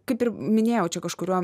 kaip ir minėjau čia kažkuriuo